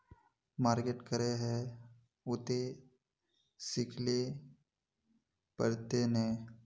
Market करे है उ ते सिखले पड़ते नय?